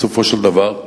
בסופו של דבר,